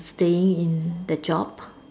staying in the job